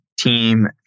team